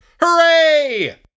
Hooray